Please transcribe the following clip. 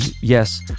Yes